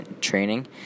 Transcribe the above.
training